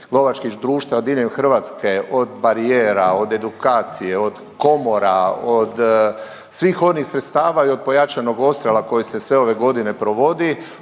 lovačkih društava diljem Hrvatske, od barijera, od edukacije, od komora, od svih onih sredstava i od pojačanog odstrela koji se sve ove godine provodi,